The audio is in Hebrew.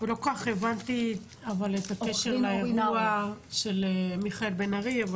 לא כל כך הבנתי אבל את הקשר לאירוע של מיכאל בן ארי.